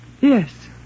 Yes